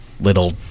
little